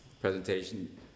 presentation